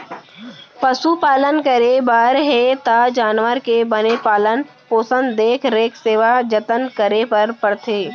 पसु पालन करे बर हे त जानवर के बने पालन पोसन, देख रेख, सेवा जनत करे बर परथे